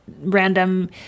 random